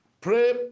pray